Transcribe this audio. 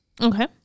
Okay